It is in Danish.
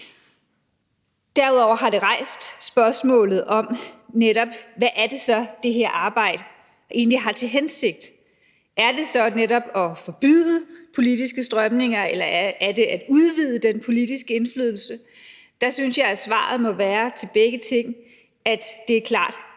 Derudover har det rejst spørgsmålet om, hvad det så er, det her arbejde egentlig har til hensigt at gøre. Er det så netop at forbyde politiske strømninger, eller er det at udvide den politiske indflydelse? Der synes jeg, at svaret til begge ting klart